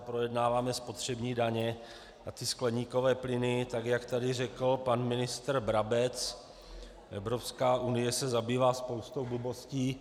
Projednáváme spotřební daně a ty skleníkové plyny, jak tady řekl pan ministr Brabec, Evropská unie se zabývá spoustou blbostí.